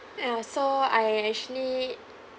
ya so I actually